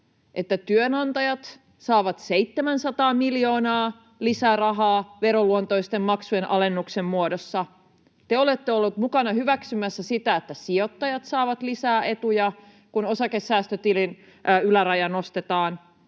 että työnantajat saavat 700 miljoonaa lisää rahaa veroluontoisten maksujen alennuksen muodossa, ja te olette olleet mukana hyväksymässä sitä, että sijoittajat saavat lisää etuja, kun osakesäästötilin yläraja nostetaan.